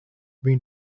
been